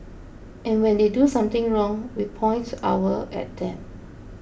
and when they do something wrong we point our at them